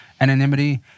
anonymity